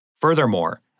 Furthermore